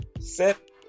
set